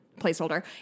placeholder